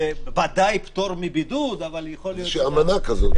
ודאי פטור מבידוד -- יש אמנה כזאת,